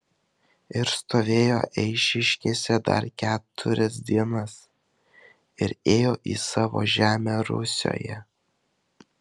ir stovėjo eišiškėse dar keturias dienas ir ėjo į savo žemę rusioje